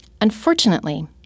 Unfortunately